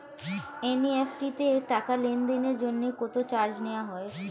NEFT তে টাকা লেনদেনের জন্য কত চার্জ নেয়া হয়?